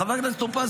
חבר הכנסת טור פז,